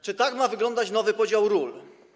Czy tak ma wyglądać nowy podział ról?